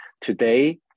today